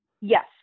yes